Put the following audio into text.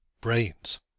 brains